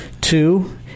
Two